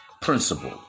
principle